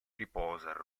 riposa